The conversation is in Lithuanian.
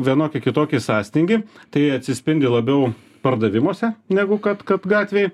vienokį kitokį sąstingį tai atsispindi labiau pardavimuose negu kad kad gatvėj